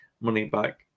money-back